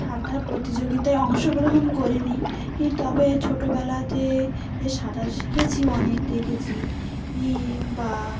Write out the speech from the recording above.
সাঁতার প্রতিযোগিতায় অংশগ্রহণ করিনি তবে ছোটোবেলাতে এ সাঁতার শিখেছি অনেক দেখেছি বা